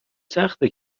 سخته